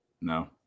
No